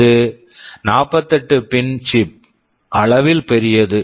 இது 48 pin chip pin chip அளவில் பெரியது